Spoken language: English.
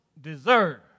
deserve